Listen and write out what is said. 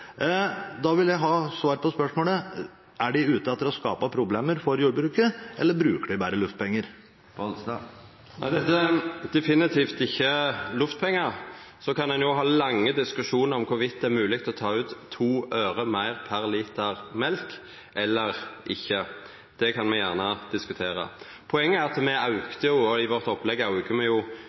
Da vil jeg ha svar på spørsmålet: Er dere ute etter å skape problemer for jordbruket, eller bruker dere bare luftpenger? Nei, dette er definitivt ikkje luftpengar. Så kan ein ha lange diskusjonar om i kva grad det er mogleg å ta ut 2 øre meir per liter mjølk eller ikkje. Det kan me gjerne diskutera. Poenget er at me i vårt opplegg aukar budsjettmidlane med 485 mill. kr. Me